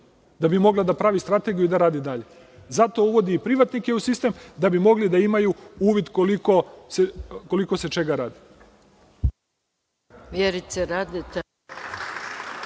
da bi mogla da pravi strategiju i da radi dalje. Zato uvodi i privatnike u sistem da bi mogli da imaju uvid koliko se čega radi.